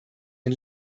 den